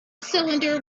cylinder